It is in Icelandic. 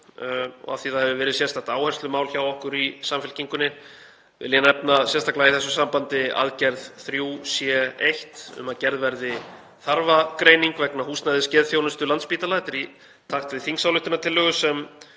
og af því að það hefur verið sérstakt áherslumál hjá okkur í Samfylkingunni vil ég nefna sérstaklega í þessu sambandi aðgerð 3.C.1, að gerð verði þarfagreining vegna húsnæðis geðþjónustu Landspítala. Þetta er í takt við þingsályktunartillögu sem